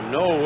no